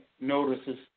notices